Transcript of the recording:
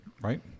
right